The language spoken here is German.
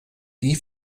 die